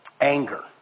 anger